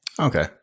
Okay